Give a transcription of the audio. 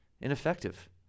ineffective